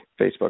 Facebook